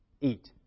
eat